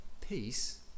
peace